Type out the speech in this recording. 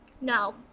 No